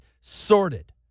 sorted